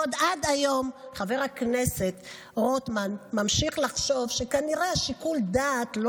בעוד שעד היום חבר הכנסת רוטמן ממשיך לחשוב שכנראה שיקול הדעת לא